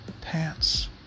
pants